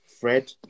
Fred